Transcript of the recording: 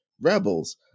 rebels